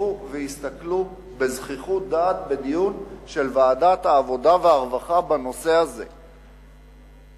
ישבו בדיון של ועדת העבודה והרווחה בנושא הזה והסתכלו בזחיחות דעת.